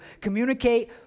communicate